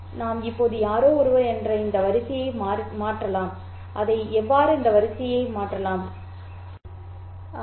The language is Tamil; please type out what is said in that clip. நாம் இப்போது யாரோ ஒருவர் என்ற இந்த வரிசை மாறுகிறது